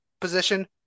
position